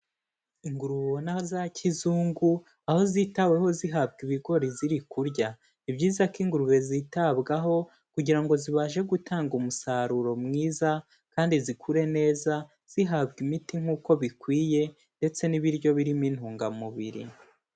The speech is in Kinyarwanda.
Ingurube ubona za kizungu, aho zitaweho zihabwa ibigori ziri kurya. Ni byiza ko ingurube zitabwaho kugira ngo zibashe gutanga umusaruro mwiza kandi zikure neza, zihabwa imiti nk'uko bikwiye ndetse n'ibiryo birimo intungamubiri